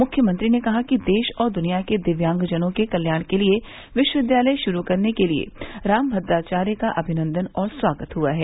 मुख्यमंत्री ने कहा कि देश और दुनिया के दिव्यांगजनों के कल्याण के लिए विश्वविद्यालय शुरू करने के लिए रामभद्राचार्य का अभिनंदन और स्वागत हुआ है